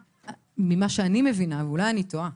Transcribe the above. ממה שאני מבינה, ואולי אני טועה,